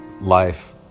life